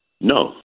No